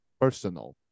personal